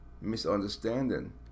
misunderstanding